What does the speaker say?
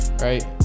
right